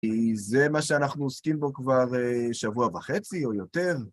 זה מה שאנחנו עוסקים בו כבר שבוע וחצי או יותר.